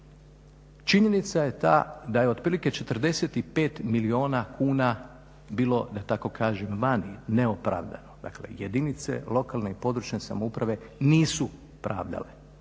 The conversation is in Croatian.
Činjenica je ta da je otprilike 45 milijuna kuna bilo da tako kažem vani neopravdano. Dakle jedinice lokalne i područne samouprave nisu pravdale